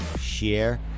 share